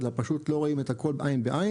אלא פשוט לא רואים את הכול עין בעיין,